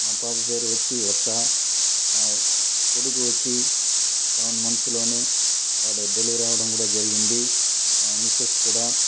మా పాప పేరొచ్చి ఉషా మా కొడుకు వచ్చి సెవెన్ మంత్లోనే వాడు డెలివరీ అవ్వడం కూడ జరిగింది మా మిసెస్ కూడ